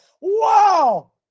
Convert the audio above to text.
Wow